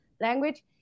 language